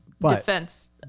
defense